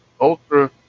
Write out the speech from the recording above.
ultra